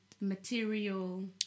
Material